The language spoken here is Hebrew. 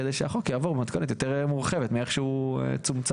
כדי שהחוק יעבור במתכונת יותר מורחבת מאיך שהוא צומצם,